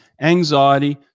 anxiety